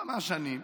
כמה שנים,